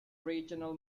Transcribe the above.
regional